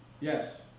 Yes